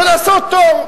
ולעשות תור.